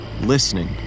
listening